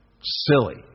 silly